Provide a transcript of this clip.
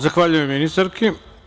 Zahvaljujem ministarki.